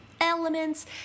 elements